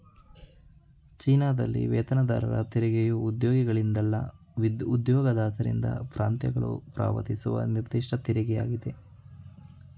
ಚೀನಾದಲ್ಲಿ ವೇತನದಾರರ ತೆರಿಗೆಯು ಉದ್ಯೋಗಿಗಳಿಂದಲ್ಲ ಉದ್ಯೋಗದಾತರಿಂದ ಪ್ರಾಂತ್ಯಗಳು ಪಾವತಿಸುವ ನಿರ್ದಿಷ್ಟ ತೆರಿಗೆಯಾಗಿದೆ